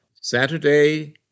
Saturday